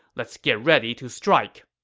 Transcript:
let's get ready to strike.